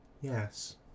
Yes